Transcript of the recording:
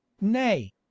nay